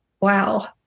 Wow